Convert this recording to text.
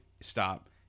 Stop